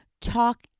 talk